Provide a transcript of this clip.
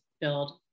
build